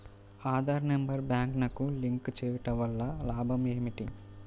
Aadhaar number బ్యాంక్నకు link చేయుటవల్ల లాభం ఏమిటి?